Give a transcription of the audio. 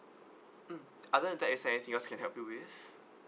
mm other than that is there anything else I can help you with